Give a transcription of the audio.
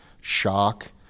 shock